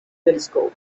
telescope